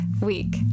week